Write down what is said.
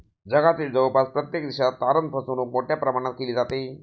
जगातील जवळपास प्रत्येक देशात तारण फसवणूक मोठ्या प्रमाणात केली जाते